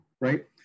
right